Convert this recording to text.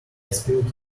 spilled